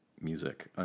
music